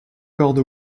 corde